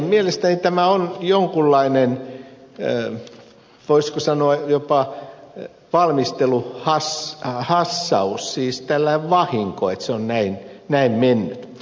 mielestäni tämä on jonkunlainen voisiko sanoa jopa valmisteluhassaus siis tällainen vahinko että se on näin mennyt